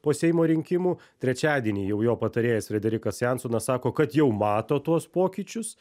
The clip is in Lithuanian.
po seimo rinkimų trečiadienį jau jo patarėjas frederikas jansonas sako kad jau mato tuos pokyčius